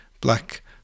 Black